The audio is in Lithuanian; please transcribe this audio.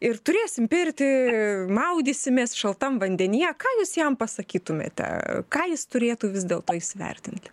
ir turėsim pirtį maudysimės šaltam vandenyje ką jūs jam pasakytumėte ką jis turėtų vis dėlto įsivertinti